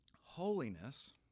Holiness